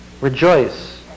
rejoice